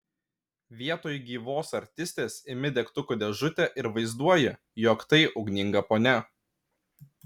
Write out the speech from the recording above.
vietoj gyvos artistės imi degtukų dėžutę ir vaizduoji jog tai ugninga ponia